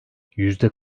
yüzde